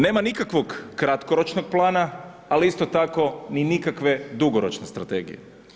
Nema nikakvog kratkoročnog plana ali isto tako ni nikakve dugoročne strategije.